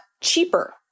cheaper